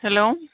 hello